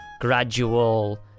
gradual